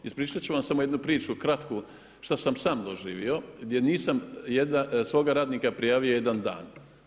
Ispričat ću vam samo jednu priču kratku što sam sam doživio, gdje nisam svoga radnika prijavio jedan dan.